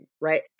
right